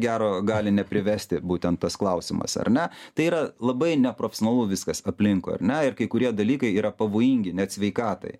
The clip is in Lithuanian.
gero gali neprivesti būtent tas klausimas ar ne tai yra labai neprofesionalu viskas aplinkui ar ne ir kai kurie dalykai yra pavojingi net sveikatai